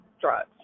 drugs